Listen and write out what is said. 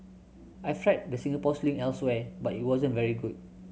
I've tried the Singapore Sling elsewhere but it wasn't very good